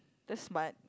that's smart